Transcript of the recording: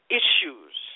issues